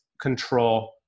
control